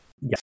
Yes